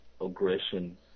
aggression